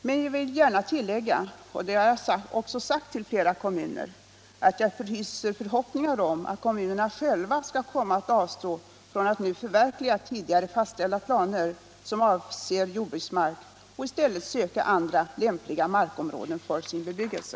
Men jag vill gärna tillägga — och det har jag också sagt till flera kommuner — att jag hyser förhoppningar om att kommunerna själva skall komma att avstå från att nu förverkliga tidigare fastställda planer som avser jordbruksmark och i stället söka andra lämpliga markområden för sin bebyggelse.